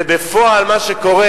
ובפועל מה שקורה,